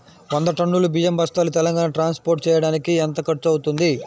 వంద టన్నులు బియ్యం బస్తాలు తెలంగాణ ట్రాస్పోర్ట్ చేయటానికి కి ఎంత ఖర్చు అవుతుంది?